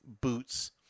boots